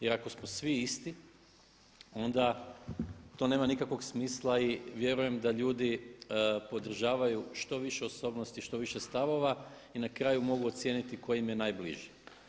Jer ako smo svi isti onda to nema nikakvog smisla i vjerujem da ljudi podržavaju što više osobnosti i što više stavova i na kraju mogu ocijeniti tko im je najbliži.